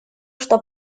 что